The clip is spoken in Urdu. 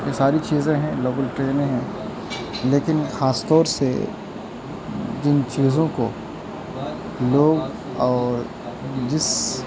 یہ ساری چیزیں ہیں لوکل ٹرینیں ہیں لیکن خاص طور سے جن چیزوں کو لوگ اور جس